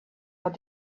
what